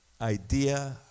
idea